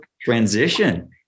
transition